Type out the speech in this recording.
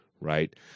Right